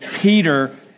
Peter